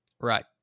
Right